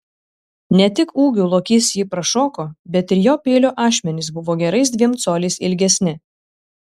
ne tik ūgiu lokys jį prašoko bet ir jo peilio ašmenys buvo gerais dviem coliais ilgesni